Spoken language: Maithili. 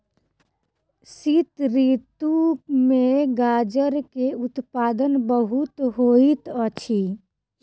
शीत ऋतू में गाजर के उत्पादन बहुत होइत अछि